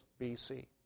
BC